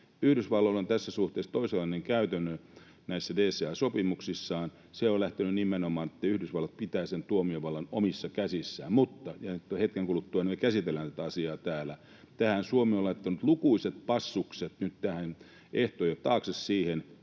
Yhdysvalloilla on tässä suhteessa toisenlainen käytäntö näissä DCA-sopimuksissaan: se on lähtenyt nimenomaan siitä, että Yhdysvallat pitää sen tuomiovallan omissa käsissään, mutta — ja nyt hetken kuluttua me käsitellään tätä asiaa täällä — tähän Suomi on laittanut lukuisat passukset ehtojen taakse niin